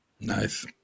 Nice